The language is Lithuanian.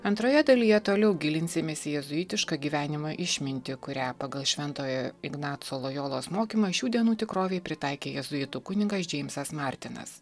antroje dalyje toliau gilinsimės į jėzuitišką gyvenimą išmintį kurią pagal šventojo ignaco lojolos mokymą šių dienų tikrovei pritaikė jėzuitų kunigas džeimsas martinas